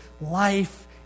life